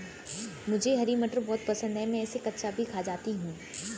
मुझे हरी मटर बहुत पसंद है मैं इसे कच्चा भी खा जाती हूं